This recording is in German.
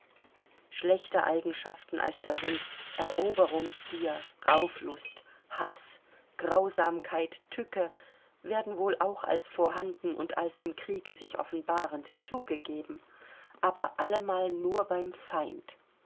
schlechte eigenschaften als da sind eroberungsgier rauflust haß grausamkeit tücke werden wohl auch als vorhanden und als im kriege sich offenbarend zugegeben aber allemal nur beim feind